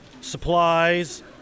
supplies